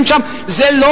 רובם הגדול והמכריע,